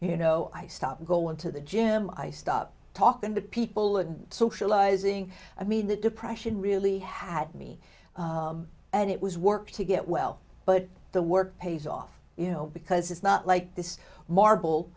you know i stop go into the gym i stop talking to people and socializing i mean the depression really had me and it was work to get well but the work pays off you know because it's not like this marble